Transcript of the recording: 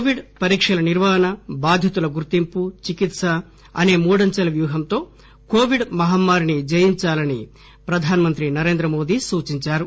Covid పరీఓల నిర్వహణ టాధితుల గుర్తింపు చికిత్ప అనే మూడంచెల వ్యూహంతో కోవిడ్ మహమ్మారిని జయించాలని ప్రధానమంత్రి నరేంద్ర మోదీ సూచించారు